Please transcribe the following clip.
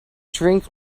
drink